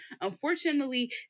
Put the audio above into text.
unfortunately